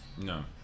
No